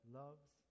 loves